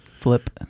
Flip